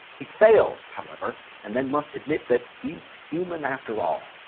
he fails, however, and then must admit that he's human after all.